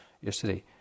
yesterday